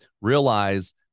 Realize